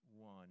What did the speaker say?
one